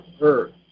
earth